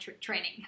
training